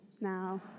Now